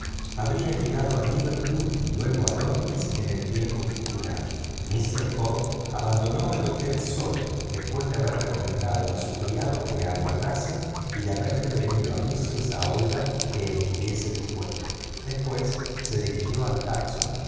habría llegado a liverpool y luego a londres en el tiempo estipulado mister fogg abandonó el hotel solo después de haber recomendado a su criado que lo aguardase y de haber prevenido a mistress aouida que estuviese dispuesta después se dirigió al